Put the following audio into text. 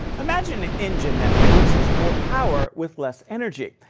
imagine an engine that produces more power with less energy.